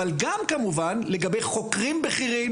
אבל גם כמובן לגבי חוקרים בכירים,